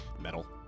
metal